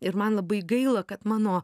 ir man labai gaila kad mano